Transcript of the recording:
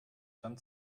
dann